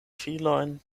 filojn